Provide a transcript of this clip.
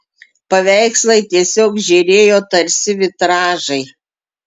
paveikslai tiesiog žėrėjo tarsi vitražai